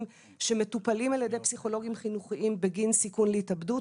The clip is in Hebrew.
שמטופלים על ידי פסיכולוגים חינוכיים בגין סיכון להתאבדות.